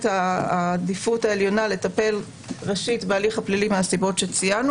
שהעדיפות העליונה לטפל ראשית בהליך הפלילי מהסיבות שציינו